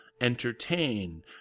entertain